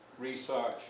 research